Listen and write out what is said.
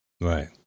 Right